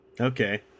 Okay